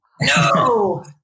No